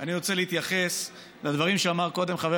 אני רוצה להתייחס לדברים שאמר קודם חבר